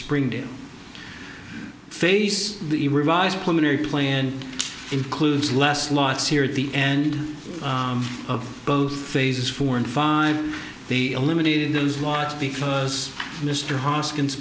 spring to face the revised pulmonary plan includes less loss here at the end of both phases four and five they eliminated those laws because mr hoskins